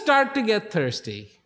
start to get thirsty